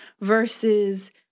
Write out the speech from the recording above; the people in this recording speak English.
versus